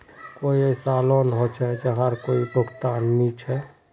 कोई ऐसा लोन होचे जहार कोई भुगतान नी छे?